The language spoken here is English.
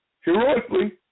heroically